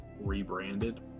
rebranded